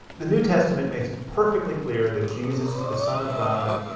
the new testament makes it perfectly clear that jesus is the son of god?